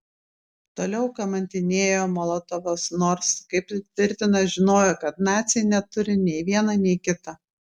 toliau kamantinėjo molotovas nors kaip tvirtina žinojo kad naciai neturi nei viena nei kita